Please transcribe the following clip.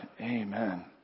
Amen